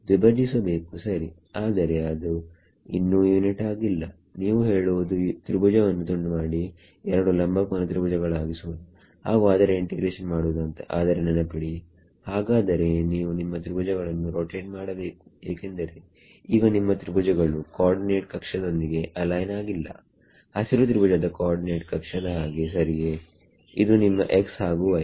ದ್ವಿಭಜಿಸಬೇಕು ಸರಿ ಆದರೆ ಅದು ಇನ್ನೂ ಯುನಿಟ್ ಆಗಿಲ್ಲ ನೀವು ಹೇಳುವುದು ತ್ರಿಭುಜವನ್ನು ತುಂಡು ಮಾಡಿ 2 ಲಂಬ ಕೋನ ತ್ರಿಭುಜಗಳಾಗಿಸುವುದು ಹಾಗು ಅದರ ಇಂಟಿಗ್ರೇಷನ್ ಮಾಡುವುದು ಅಂತ ಆದರೆ ನೆನಪಿಡಿ ಹಾಗಾದರೆ ನೀವು ನಿಮ್ಮ ತ್ರಿಭುಜಗಳನ್ನು ರೊಟೇಟ್ ಮಾಡಬೇಕು ಏಕೆಂದರೆ ಈಗ ನಿಮ್ಮ ತ್ರಿಭುಜಗಳು ಕೋಒರ್ಡಿನೇಟ್ ಕಕ್ಷದೊಂದಿಗೆ ಅಲೈನ್ ಆಗಿಲ್ಲ ಹಸಿರು ತ್ರಿಭುಜದ ಕೋಒರ್ಡಿನೇಟ್ ಕಕ್ಷದ ಹಾಗೆ ಸರಿಯೇ ಇದು ನಿಮ್ಮ x ಹಾಗು y